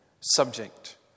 subject